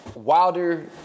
Wilder